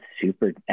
super